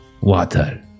Water